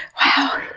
wow.